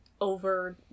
over